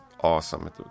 awesome